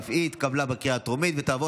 אף היא התקבלה בקריאה הטרומית ותעבור